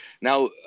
Now